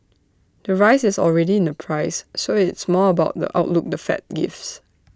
the rise is already in the price so it's more about the outlook the fed gives